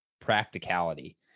practicality